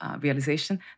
realization